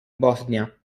bosnia